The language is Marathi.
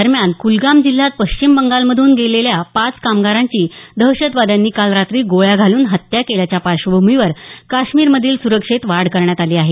दरम्यान कुलगाम जिल्ह्यात पश्चिम बंगालमधून गेलेल्या पाच कामगारांची दहशतवाद्यांनी काल रात्री गोळ्या घालून हत्या केल्याच्या पार्श्वभूमीवर काश्मीरमधील सुरक्षेत वाढ करण्यात आली आहे